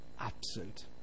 absent